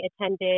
attended